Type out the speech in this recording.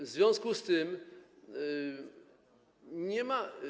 W związku z tym nie ma.